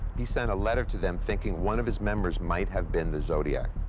he sent a letter to them, thinking one of his members might have been the zodiac.